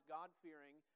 God-fearing